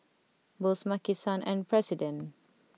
Bose Maki San and President